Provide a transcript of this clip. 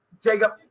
Jacob